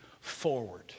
forward